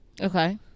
Okay